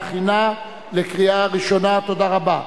28 בעד, אין מתנגדים, אין נמנעים.